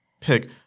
pick